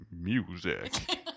music